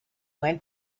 went